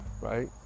right